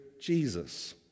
Jesus